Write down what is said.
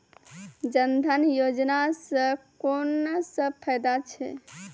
जनधन योजना सॅ कून सब फायदा छै?